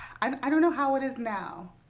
i don't know how it is now.